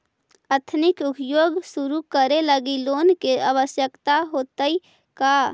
Ethnic उद्योग शुरू करे लगी लोन के आवश्यकता होतइ का?